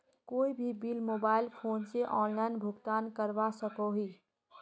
कोई भी bill mobile phone से ऑनलाइन भुगतान करवा सकोहो ही?